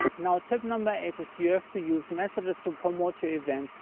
now tip number eight is you have to use messages to promote your event.